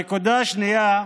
הנקודה השנייה,